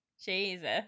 Jesus